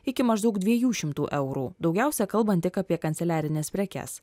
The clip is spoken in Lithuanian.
iki maždaug dviejų šimtų eurų daugiausia kalbant tik apie kanceliarines prekes